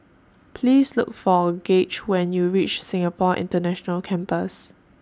Please Look For Gaige when YOU REACH Singapore International Campus